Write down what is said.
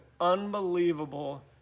unbelievable